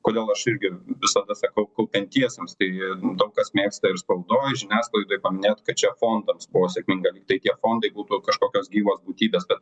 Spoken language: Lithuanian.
kodėl aš irgi visada sakau kaupiantiesiems taigi daug kas mėgsta ir spaudoj žiniasklaidoj paminėt kad čia fondams buvo sėkminga tai tie fondai būtų kažkokios gyvos būtybės tad